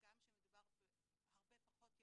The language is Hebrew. באמת אחד הדברים שהדס גם אמרה לי לפני שהתראינו,